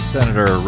Senator